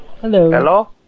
Hello